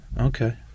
Okay